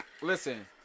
Listen